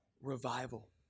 revival